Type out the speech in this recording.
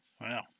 Wow